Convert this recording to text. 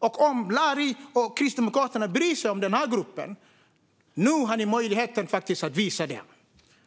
Om Larry och Kristdemokraterna bryr sig om de här grupperna har de nu möjlighet att faktiskt visa det,